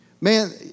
man